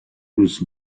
cruz